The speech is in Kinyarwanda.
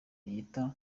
yita